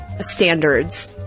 standards